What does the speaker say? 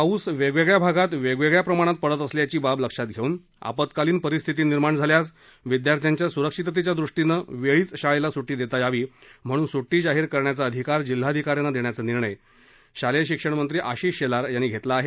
पाऊस वेगवेगळ्या भागात वेगवेगळ्या प्रमाणात पडत असल्याची ही बाब लक्षात घेऊन आपत्कालीन परिस्थिती निर्माण झाल्यास विद्यार्थ्यांच्या सुरक्षेच्या दृष्टीनं वेळीच शाळेला सुट्टी देता यावी म्हणून सुट्टी जाहीर करण्याचा अधिकार जिल्हाधिकाऱ्यांना देण्याचा निर्णय शालेय शिक्षण मंत्री अशिष शेलार यांनी घेतला आहे